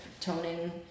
toning